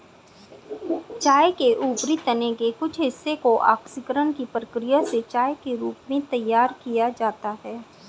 चाय के ऊपरी तने के कुछ हिस्से को ऑक्सीकरण की प्रक्रिया से चाय के रूप में तैयार किया जाता है